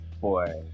boy